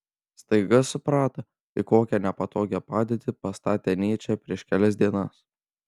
staiga suprato į kokią nepatogią padėtį pastatė nyčę prieš kelias dienas